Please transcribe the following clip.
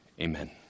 Amen